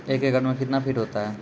एक एकड मे कितना फीट होता हैं?